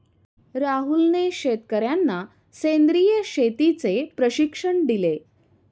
राहुलने शेतकर्यांना सेंद्रिय शेतीचे प्रशिक्षण दिले